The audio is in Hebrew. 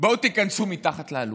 בואו תיכנסו מתחת לאלונקה.